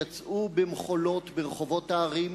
יצאו במחולות ברחובות הערים,